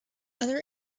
other